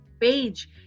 page